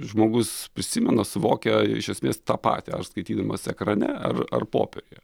žmogus prisimena suvokia iš esmės tą patį ar skaitydamas ekrane ar ar popieriuje